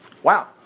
Wow